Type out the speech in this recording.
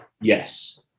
Yes